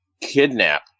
kidnap